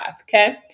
okay